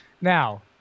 Now